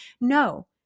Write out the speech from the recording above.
No